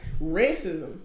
Racism